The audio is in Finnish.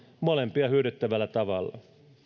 molempia hyödyttävällä tavalla